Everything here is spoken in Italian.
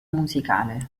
musicale